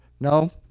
no